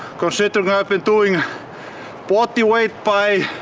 considering i've been doing bodyweight by.